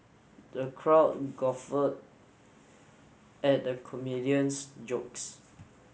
the crowd guffaw at the comedian's jokes